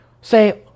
say